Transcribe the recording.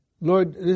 Lord